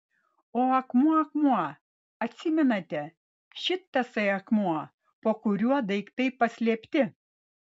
o akmuo akmuo atsimenate šit tasai akmuo po kuriuo daiktai paslėpti